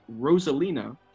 Rosalina